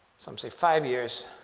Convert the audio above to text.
some say five years.